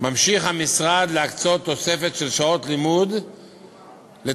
ממשיך המשרד להקצות תוספת של שעות לימוד לטובת